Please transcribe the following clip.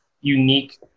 unique